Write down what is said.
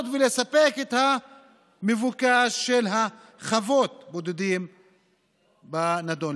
ולספק את מבוקשן של חוות הבודדים בנדון.